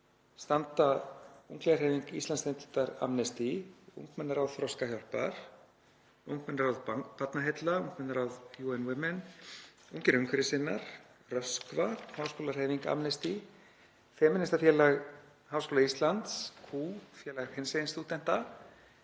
standa ungliðahreyfing Íslandsdeildar Amnesty, ungmennaráð Þroskahjálpar, ungmennaráð Barnaheilla, ungmennaráð UN Women, Ungir umhverfissinnar, Röskva, háskólahreyfing Amnesty, Femínistafélag Háskóla Íslands, Q — félag hinsegin stúdenta,